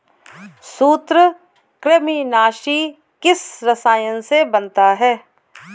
सूत्रकृमिनाशी किस रसायन से बनता है?